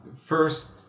first